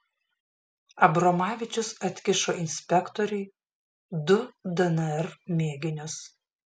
abromavičius atkišo inspektoriui du dnr mėginius